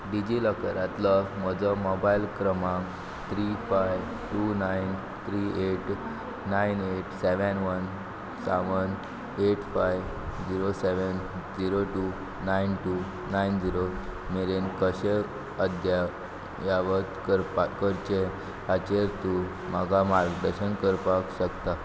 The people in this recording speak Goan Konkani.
डिजी लॉकरांतलो म्हजो मोबायल क्रमांक three five two nine three eight nine eight seven one seven eight five zero seven zero two nine two nine zero मेरेन कशें अद्यावत करपा करचें हाचेर तूं म्हाका मार्गदर्शन करपाक शकता